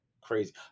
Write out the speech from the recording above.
crazy